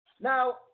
Now